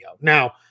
Now